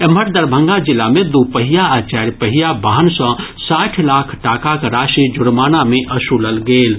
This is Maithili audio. एम्हर दरभंगा जिला मे दूपहिया आ चारपहिया वाहन सँ साठि लाख टाकाक राशि जुर्माना मे वसूलल गेल अछि